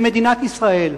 למדינת ישראל.